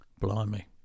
Blimey